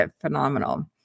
phenomenal